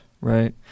Right